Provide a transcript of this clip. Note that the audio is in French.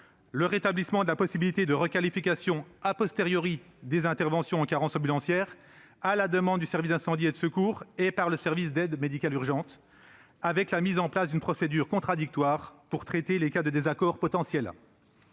du rétablissement de la possibilité de requalification des interventions en carence ambulancière, sur la demande du service d'incendie et de secours et par le service d'aide médicale urgente, avec la mise en place d'une procédure contradictoire pour traiter les cas de désaccord potentiels.